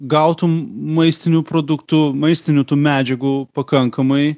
gautum maistinių produktų maistinių tų medžiagų pakankamai